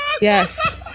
Yes